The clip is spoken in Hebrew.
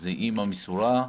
זו אימא מסורה,